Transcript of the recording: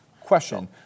Question